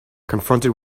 confronted